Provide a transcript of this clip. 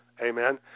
Amen